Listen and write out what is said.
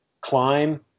climb